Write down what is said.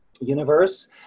universe